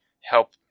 help